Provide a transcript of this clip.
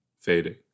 fading